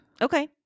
Okay